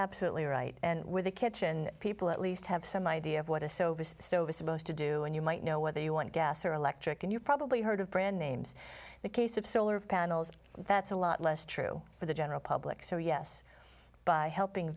absolutely right and where the kitchen people at least have some idea of what a soviet stove is supposed to do and you might know whether you want gas or electric and you've probably heard of brand names the case of solar panels that's a lot less true for the general public so yes by helping